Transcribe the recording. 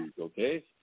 Okay